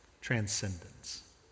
transcendence